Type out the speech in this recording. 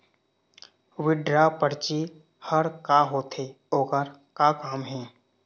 Withdraw परची हर का होते, ओकर का काम हे?